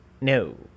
no